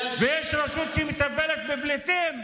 יש רשות שמטפלת בפליטים?